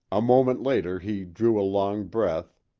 a moment later he drew a long breath,